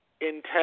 intense